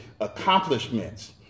accomplishments